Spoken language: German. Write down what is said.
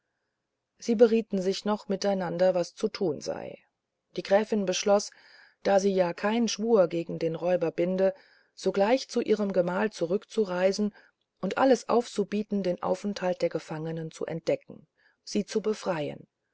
sie berieten sich noch miteinander was zu tun sei die gräfin beschloß da ja sie kein schwur gegen den räuber binde sogleich zu ihrem gemahl zurückzureisen und allem aufzubieten den aufenthalt der gefangenen zu entdecken sie zu befreien